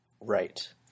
Right